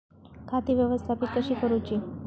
खाती व्यवस्थापित कशी करूची?